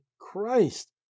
Christ